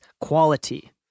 quality